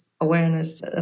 Awareness